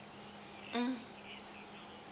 uh